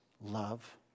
love